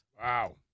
Wow